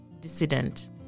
dissident